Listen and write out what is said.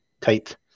tight